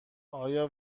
آیا